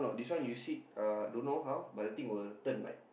this one you sit uh don't know how but the thing will turn like